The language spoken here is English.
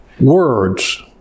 Words